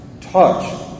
touch